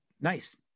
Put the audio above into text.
Nice